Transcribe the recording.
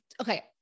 okay